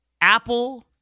Apple